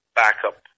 backup